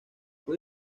fue